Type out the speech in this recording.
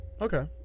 Okay